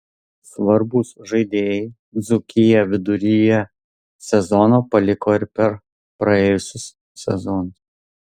svarbūs žaidėjai dzūkiją viduryje sezono paliko ir per praėjusius sezonus